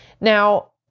Now